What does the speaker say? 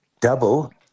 double